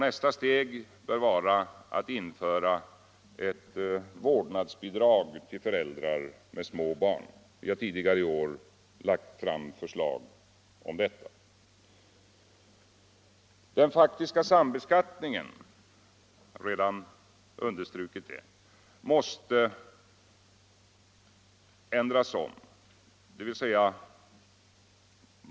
Nästa steg bör här vara att införa ett vårdnadsbidrag till föräldrar med små barn. Vi har tidigare i år lagt fram förslag om detta. Den faktiska sambeskattningen måste, som jag redan understrukit, avskaffas.